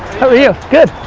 how are you? good,